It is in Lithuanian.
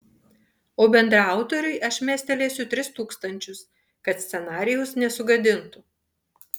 o bendraautoriui aš mestelėsiu tris tūkstančius kad scenarijaus nesugadintų